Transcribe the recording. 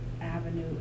avenue